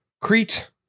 Crete